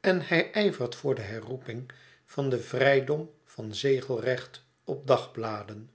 en hij ijvert voor de herroeping van vrijdom van zegelrecht op de dagbladen